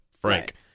frank